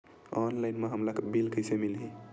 Online म हमला bill कइसे मिलही?